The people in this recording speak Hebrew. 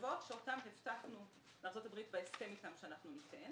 הטבות שאותם הפקנו בארצות בהסכם אתם שאנוחנו ניתן.